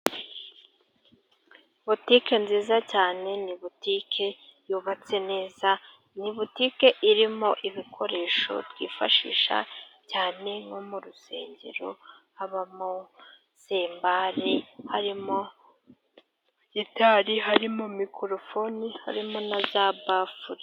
Butike nziza cyane ni butike yubatse neza, ni butike irimo ibikoresho twifashisha cyane nko mu rusengero habamo, sembari harimo gitari harimo mikrofoni harimo na za bafuri.